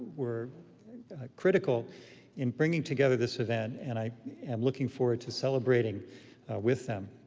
were critical in bringing together this event, and i am looking forward to celebrating with them.